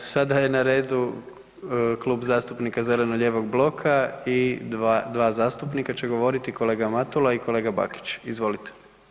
Sada je na redu Klub zastupnika zeleno-lijevog bloka i dva zastupnika će govoriti, kolega Matula i kolega Bakić, izvolite.